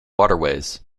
waterways